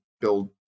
build